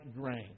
grain